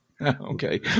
Okay